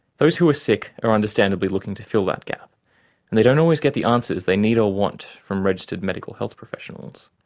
those who are sick are understandably looking to fill that gap, and they don't always get the answers they need or want from registered medical health professionals.